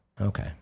Okay